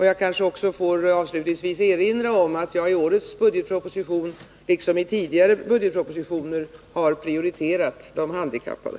Jag kanske avslutningsvis får erinra om att jag i årets budgetproposition liksom i tidigare budgetpropositioner har prioriterat de handikappade.